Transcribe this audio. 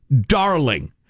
darling